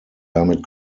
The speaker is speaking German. damit